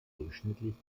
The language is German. durchschnittlich